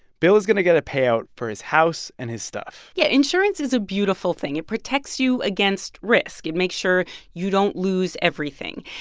bill is going to get a payout for his house and his stuff yeah. insurance is a beautiful thing. it protects you against risk. it makes sure you don't lose everything.